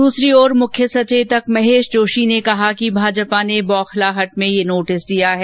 दूसरी ओर मुख्य सचेतक महेश जोशी ने कहा कि भाजपा ने बौखलाहट में यह नोटिस दिया है